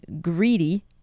greedy